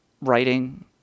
writing